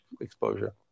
exposure